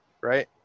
Right